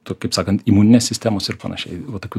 to kaip sakant imuninės sistemos ir panašiai va tokių